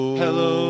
hello